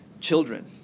children